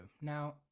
Now